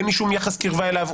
אין לי שום יחס קרבה אליו,